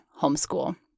homeschool